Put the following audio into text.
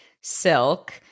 silk